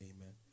Amen